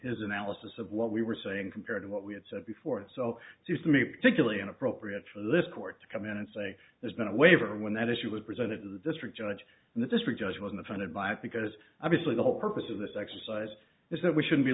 his analysis of what we were saying compared to what we had said before and so it seems to me particularly inappropriate for this court to come in and say there's been a waiver when that issue was presented to the district judge and the district judge was offended by it because obviously the whole purpose of this exercise is that we should